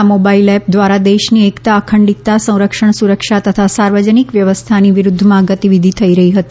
આ mobile app દ્વારા દેશની એકતા અખંડિતતા સંરક્ષણ સુરક્ષા તથા સાર્વજનિક વ્યવસ્થાની વિરૂધ્ધમાં ગતિવિધિ થઇ રહી છે